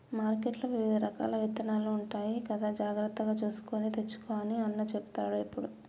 మార్కెట్లో వివిధ రకాల విత్తనాలు ఉంటాయి కదా జాగ్రత్తగా చూసుకొని తెచ్చుకో అని అన్న చెపుతాడు ఎప్పుడు